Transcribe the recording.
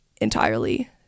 entirely